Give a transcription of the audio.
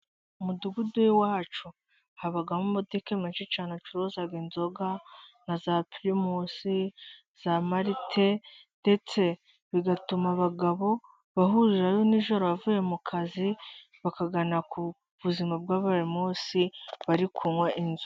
Umudugudu w’iwacu habamo amabutike menshi cyane acuruza inzoga na za Pirimusi, za Malite, ndetse bigatuma abagabo bahurirayo nijoro bavuye mu kazi bakaganira ku buzima bwa buri munsi, bari kunywa inzoga.